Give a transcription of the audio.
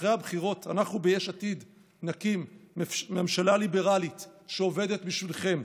אחרי הבחירות אנחנו ביש עתיד נקים ממשלה ליברלית שעובדת בשבילכם.